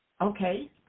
Okay